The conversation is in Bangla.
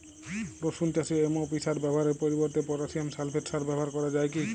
রসুন চাষে এম.ও.পি সার ব্যবহারের পরিবর্তে পটাসিয়াম সালফেট সার ব্যাবহার করা যায় কি?